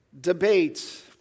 debate